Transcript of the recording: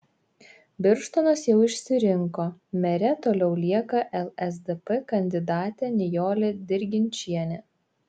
birštonas jau išsirinko mere toliau lieka lsdp kandidatė nijolė dirginčienė